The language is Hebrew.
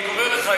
אני רק אומר לך,